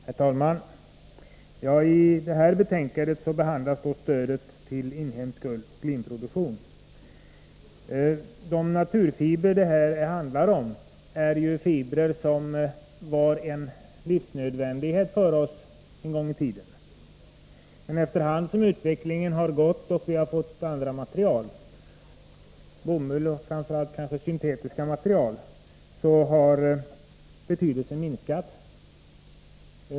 Herr talman! I det här betänkandet behandlas stödet till inhemsk ulloch linproduktion. De naturfibrer det här handlar om är fibrer som en gång i tiden var en livsnödvändighet för oss. Men efterhand som utvecklingen har gått framåt och vi har fått andra material — bomull och kanske framför allt syntetiska material — har betydelsen minskat.